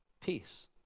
Peace